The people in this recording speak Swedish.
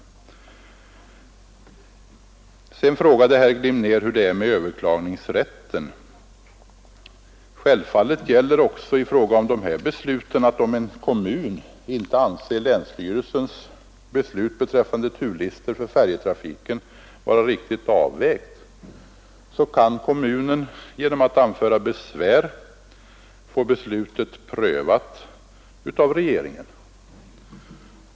Herr Glimnér frågade hur det är med överklagningsrätten. Självfallet gäller också i fråga om dessa beslut att om en kommun inte anser länsstyrelsens beslut beträffande turlistor för färjetrafiken vara riktigt avvägt kan kommunen genom att anföra besvär få beslutet prövat av regeringen.